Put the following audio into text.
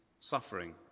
suffering